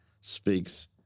speaks